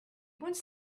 wants